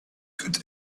could